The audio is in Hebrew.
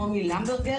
מומי למברגר,